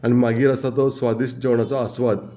आनी मागीर आसा तो स्वादीश्ट जेवणाचो आस्वाद